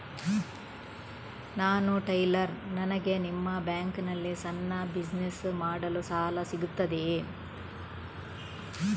ನಾನು ಟೈಲರ್, ನನಗೆ ನಿಮ್ಮ ಬ್ಯಾಂಕ್ ನಲ್ಲಿ ಸಣ್ಣ ಬಿಸಿನೆಸ್ ಮಾಡಲು ಸಾಲ ಸಿಗುತ್ತದೆಯೇ?